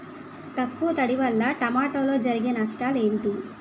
తక్కువ తడి వల్ల టమోటాలో జరిగే నష్టాలేంటి?